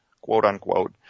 quote-unquote